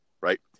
right